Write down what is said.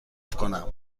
کنم